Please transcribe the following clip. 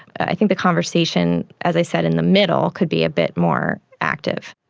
i think the conversation, as i said, in the middle could be a bit more active.